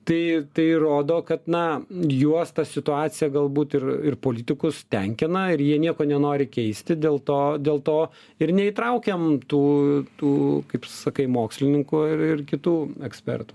tai tai rodo kad na juos ta situacija galbūt ir ir politikus tenkina ir jie nieko nenori keisti dėl to dėl to ir neįtraukiam tų tų kaip tu sakai mokslininkų ir ir kitų ekspertų